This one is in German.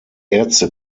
ärzte